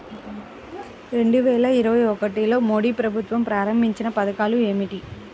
రెండు వేల ఇరవై ఒకటిలో మోడీ ప్రభుత్వం ప్రారంభించిన పథకాలు ఏమిటీ?